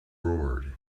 roared